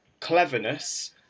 cleverness